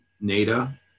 NADA